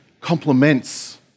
complements